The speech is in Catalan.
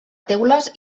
teules